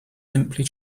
simply